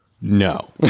No